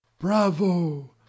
bravo